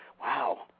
wow